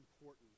important